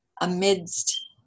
amidst